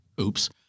Oops